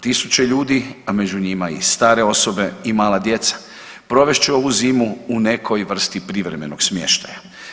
Tisuće ljudi, a među njima i stare osobe i mala djeca, provest će ovu zimu u nekoj vrsti privremenog smještaja.